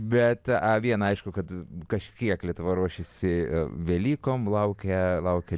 bet viena aišku kad kažkiek lietuva ruošiasi velykom laukia laukia